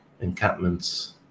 encampments